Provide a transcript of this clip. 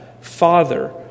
father